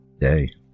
day